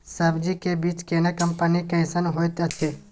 सब्जी के बीज केना कंपनी कैसन होयत अछि?